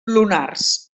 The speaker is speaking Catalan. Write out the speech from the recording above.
lunars